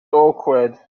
awkward